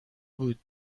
بود